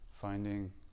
finding